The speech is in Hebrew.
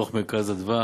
ודוח "מרכז אדוה"